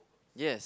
yes